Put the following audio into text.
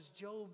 Job